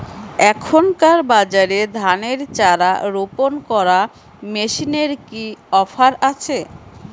এখনকার বাজারে ধানের চারা রোপন করা মেশিনের কি অফার আছে?